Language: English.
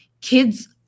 kids